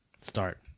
Start